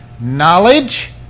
Knowledge